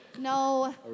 No